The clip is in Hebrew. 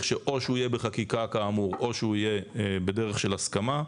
שאו שהוא יהיה בחקיקה כאמור או שהוא יהיה בדרך של הסכמה.